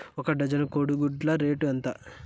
ఒక డజను కోడి గుడ్ల రేటు ఎంత?